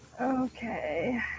Okay